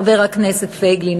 חבר הכנסת פייגלין,